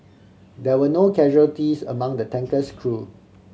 there were no casualties among the tanker's crew